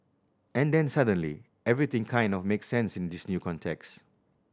and then suddenly everything kind of makes sense in this new context